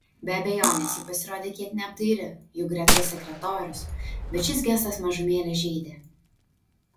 be abejonės ji pasirodė kiek neapdairi juk greta sekretorius bet šis gestas mažumėlę žeidė